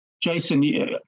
Jason